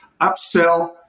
Upsell